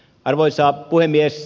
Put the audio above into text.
arvoisa puhemies